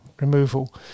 removal